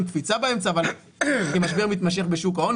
עם קפיצה באמצע אבל עם משבר מתמשך בשוק ההון,